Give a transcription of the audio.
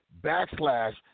Backslash